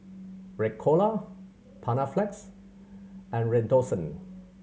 Ricola Panaflex and Redoxon